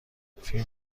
فیلم